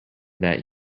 that